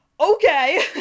Okay